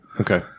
Okay